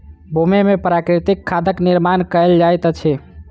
भूमि में प्राकृतिक खादक निर्माण कयल जाइत अछि